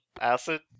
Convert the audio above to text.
acid